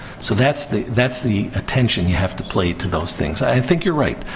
so, that's the that's the attention you have to play to those things. i think you're right.